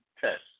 test